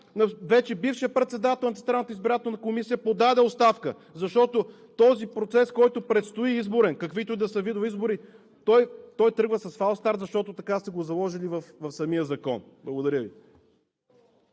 вече бившият председател на Централната избирателна комисия подаде оставка? Защото този изборен процес, който предстои, каквито и да са видове избори, той тръгва с фалстарт, защото така сте го заложили в самия закон. Благодаря Ви.